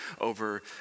over